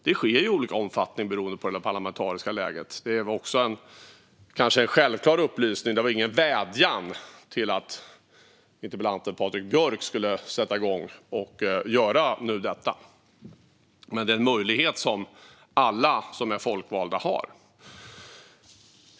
Det sker i olika omfattning beroende på det parlamentariska läget. Det var kanske en självklar upplysning. Men det var ingen vädjan till att interpellanten Patrik Björck ska sätta igång och göra detta. Men det är en möjlighet som alla som är folkvalda har.